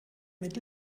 mit